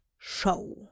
Show